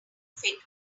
fit